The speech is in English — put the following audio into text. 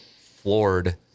floored